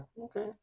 Okay